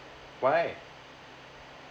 why